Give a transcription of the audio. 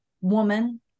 woman